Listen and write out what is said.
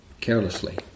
carelessly